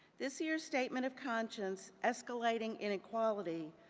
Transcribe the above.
this year's statement of conscience, escalating inequality,